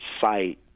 site